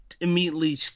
immediately